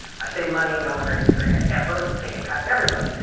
i say money, no one raises their hand ever. say impact, everybody.